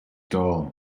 dull